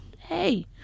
hey